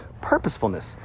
purposefulness